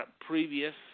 previous